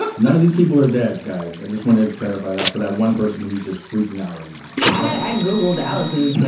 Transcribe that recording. but none of these people are dead guys. i just wanted to clarify that for that one person who's just freaking out right now i googled alison